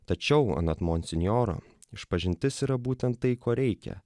tačiau anot monsinjoro išpažintis yra būtent tai ko reikia